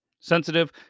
Sensitive